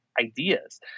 ideas